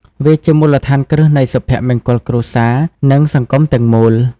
វាជាមូលដ្ឋានគ្រឹះនៃសុភមង្គលគ្រួសារ និងសង្គមទាំងមូល។